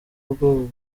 bwo